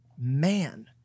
man